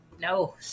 No